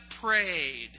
prayed